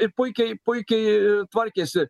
ir puikiai puikiai tvarkėsi